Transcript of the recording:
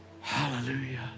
Hallelujah